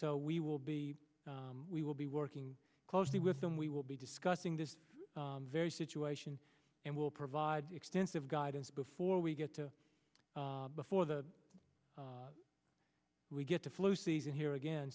so we will be we will be working closely with them we will be discussing this very situation and we'll provide extensive guidance before we get to before the we get to flu season here again